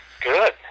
Good